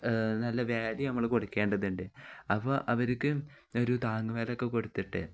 നല്ല വാല്യു നമ്മള് കൊടുക്കേണ്ടതുണ്ട് അപ്പോള് അവര്ക്ക് ഒരു താങ്ങുവിലയൊക്കെ കൊടുത്തിട്ടേ